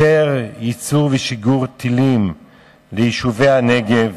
יותר ייצור ושיגור של טילים ליישובי הנגב,